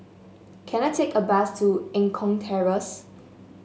can I take a bus to Eng Kong Terrace